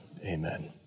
Amen